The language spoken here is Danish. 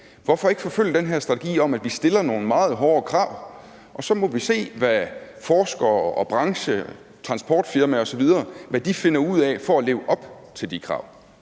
Hvorfor ikke forfølge den her strategi om, at vi stiller nogle meget hårde krav, og at vi så må se, hvad forskere og branche og transportfirmaer osv. finder ud af for at leve op til de krav?